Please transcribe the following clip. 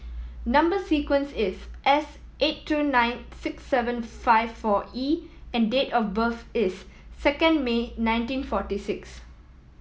number sequence is S eight two nine six seven five four E and date of birth is second May nineteen forty six